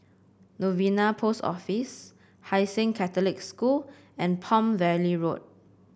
Novena Post Office Hai Sing Catholic School and Palm Valley Road